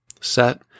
set